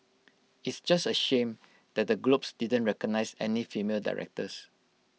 it's just A shame that the Globes didn't recognise any female directors